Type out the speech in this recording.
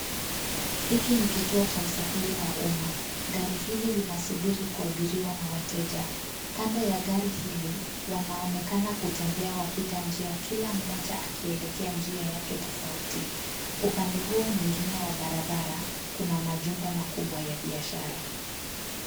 Hiki ni kituo cha usafiri wa umma. Gari hili Lina subiri kuabiriwa na wateja. Kando ya gari hili wanaonekana kutembea wapita njia kila mmoja akielekea njia yake tofauti. Upande huo mwingine wa barabara kuna majumba makubwa ya biashara.